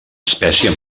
espècie